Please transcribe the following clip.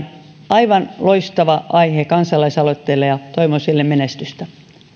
aivan loistava aihe kansalaisaloitteelle ja toivon sille menestystä